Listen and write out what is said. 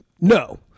no